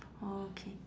oh okay